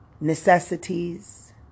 necessities